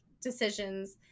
decisions